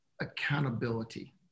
accountability